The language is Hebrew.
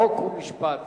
חוק ומשפט